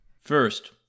First